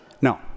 No